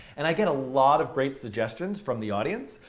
and i get a lot of great suggestions from the audience.